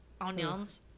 onions